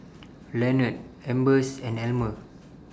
Leonard Ambers and Almer